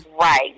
Right